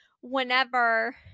whenever